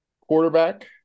quarterback